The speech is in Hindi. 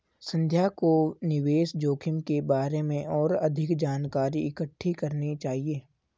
संध्या को निवेश जोखिम के बारे में और अधिक जानकारी इकट्ठी करनी चाहिए